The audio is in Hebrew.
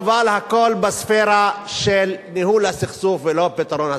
אבל הכול בספֵרה של ניהול הסכסוך ולא פתרון הסכסוך.